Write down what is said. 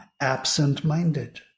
absent-minded